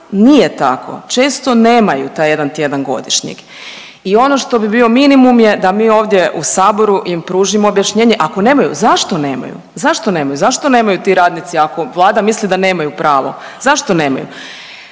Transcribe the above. nije tako, često nemaju taj jedan tjedan godišnjeg. I ono što bi bio minimum je da mi ovdje u saboru im pružimo objašnjenje ako nemaju zašto nemaju. Zašto nemaju? Zašto nemaju ti radnici ako Vlada misli da nemaju pravo zašto nemaju?